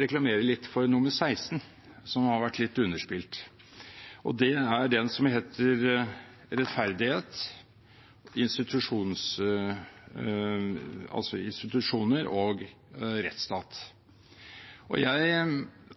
reklamere litt for bærekraftsmål nr. 16, som har vært litt underspilt. Det er om rettferdighet, institusjoner og rettsstat. Jeg